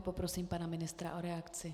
Poprosím pana ministra o reakci.